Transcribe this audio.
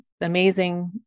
amazing